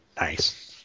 Nice